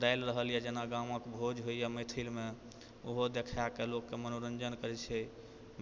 डालि रहल यऽ जेना गामके भोज होइए मैथिलमे ओहो देखाके लोकके मनोरञ्जन करै छै